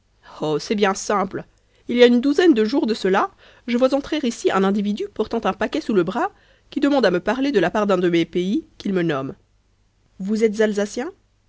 oh c'est bien simple il y a une douzaine de jours de cela je vois entrer ici un individu portant un paquet sous le bras qui demande à me parler de la part d'un de mes pays qu'il me nomme vous êtes alsacien